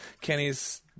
Kenny's